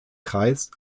kreis